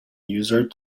user